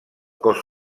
cos